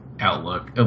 Outlook